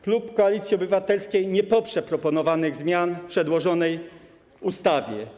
Klub Koalicji Obywatelskiej nie poprze zmian proponowanych w przedłożonej ustawie.